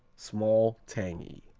small, tangy.